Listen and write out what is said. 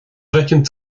bhfeiceann